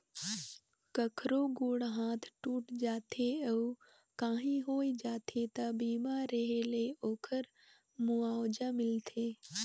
कखरो गोड़ हाथ टूट जाथे अउ काही होय जाथे त बीमा रेहे ले ओखर मुआवजा मिलथे